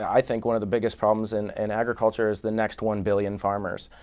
i think, one of the biggest problems in and agriculture is the next one billion farmers.